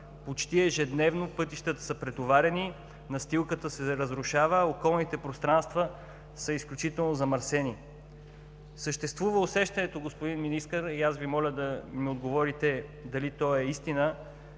Почти ежедневно пътищата са претоварени, настилката се разрушава, а околните пространства са изключително замърсени. Съществува усещането, господин Министър, и аз Ви моля да ми отговорите дали то е истина,